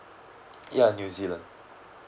ya new zealand